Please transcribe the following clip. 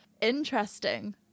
Interesting